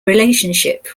relationship